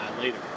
later